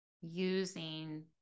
using